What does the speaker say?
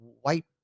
white